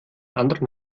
anderen